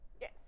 Yes